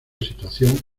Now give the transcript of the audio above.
situación